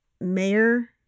mayor